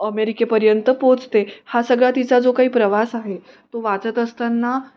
अमेरिकेपर्यंत पोचते हा सगळा तिचा जो काही प्रवास आहे तो वाचत असताना